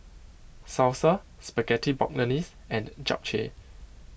Salsa Spaghetti Bolognese and Japchae